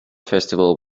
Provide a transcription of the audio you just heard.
festival